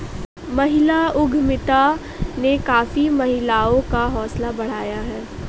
महिला उद्यमिता ने काफी महिलाओं का हौसला बढ़ाया है